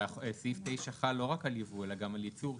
הרי סעיף 9 חל לא רק על ייבוא אלא גם על ייצור,